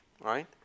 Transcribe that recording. Right